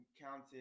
counted